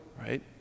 right